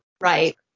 Right